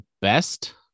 best